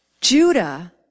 Judah